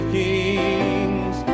kings